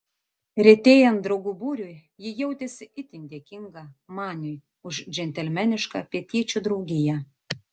retėjant draugų būriui ji jautėsi itin dėkinga maniui už džentelmenišką pietiečio draugiją